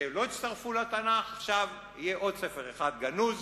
שלא הצטרפו לתנ"ך, עכשיו יהיה עוד ספר אחד גנוז: